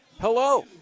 hello